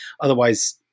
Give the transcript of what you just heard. otherwise